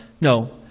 No